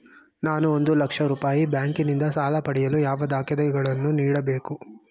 ನಾನು ಒಂದು ಲಕ್ಷ ರೂಪಾಯಿ ಬ್ಯಾಂಕಿನಿಂದ ಸಾಲ ಪಡೆಯಲು ಯಾವ ದಾಖಲೆಗಳನ್ನು ನೀಡಬೇಕು?